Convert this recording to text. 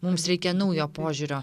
mums reikia naujo požiūrio